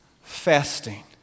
Fasting